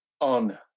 on